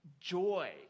joy